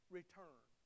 return